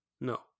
No